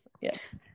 Yes